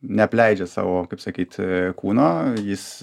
neapleidžia savo kaip sakyt kūno jis